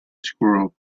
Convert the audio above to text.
squirrel